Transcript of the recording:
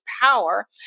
power